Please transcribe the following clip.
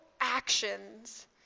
actions